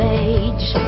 age